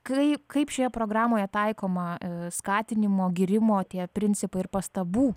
kaip kaip šioje programoje taikoma skatinimo gyrimo tie principai ir pastabų